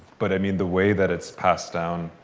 but i mean the way that it's passed down,